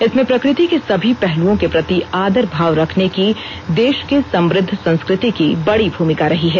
इसमें प्रकृति के सभी पहलुओं के प्रति आदर भाव रखने की देश की समुद्ध संस्क्रोति की बड़ी भूमिका रही है